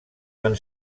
van